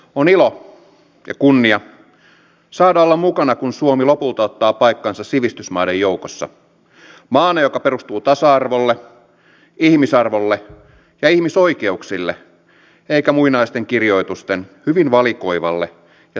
on ilo ja kunnia saada olla mukana kun suomi lopulta ottaa paikkansa sivistysmaiden joukossa maana joka perustuu tasa arvolle ihmisarvolle ja ihmisoikeuksille eikä muinaisten kirjoitusten hyvin valikoivalle ja tarkoitushakuiselle tulkinnalle